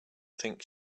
think